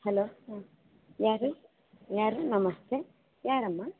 hello ಯಾರು ಯಾರು ನಮಸ್ತೆ ಯಾರಮ್ಮ